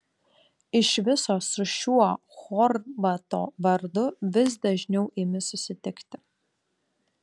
iš viso su šiuo chorvato vardu vis dažniau imi susitikti